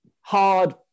hard